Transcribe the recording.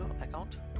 account